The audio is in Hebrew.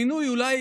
המינוי אולי